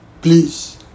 please